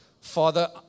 Father